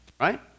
Right